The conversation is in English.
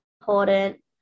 important